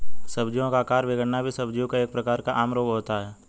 सब्जियों का आकार बिगड़ना भी सब्जियों का एक प्रकार का आम रोग होता है